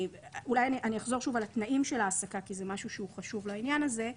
אני אחזור שוב על התנאים של ההעסקה כי זה משהו שהוא חשוב לעניין הזה.